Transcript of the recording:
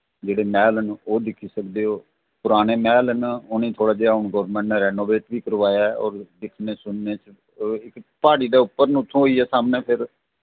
जेह्ड़े मैह्ल न ओह् दिक्खी सकदे ओ पराने मैह्ल न उ'नेंगी थोह्ड़ा जेहा हून गौरमैंट ने रैनोवेट बी करवाया ऐ होर दिक्खने सुनने च ओह् इक प्हाड़ी दे उप्पर न उत्थूं होइयै सामनै फिर